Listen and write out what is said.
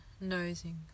nosing